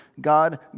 God